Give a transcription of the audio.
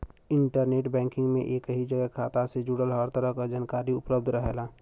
internet banking में एक ही जगह खाता से जुड़ल हर तरह क जानकारी उपलब्ध रहेला